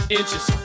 inches